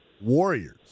Warriors